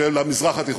של המזרח התיכון.